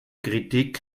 kritik